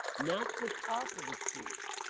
not the top of the trees.